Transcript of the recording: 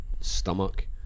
stomach